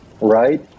right